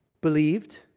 believed